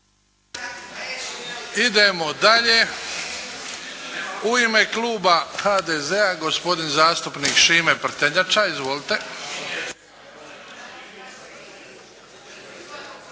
Idemo dalje. U ime kluba HDZ-a gospodin zastupnik Šime Prtenjača. Izvolite.